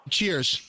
Cheers